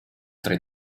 tre